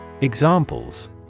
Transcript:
Examples